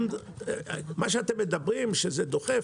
מה שאתם מדברים, שזה דוחף,